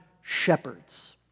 shepherds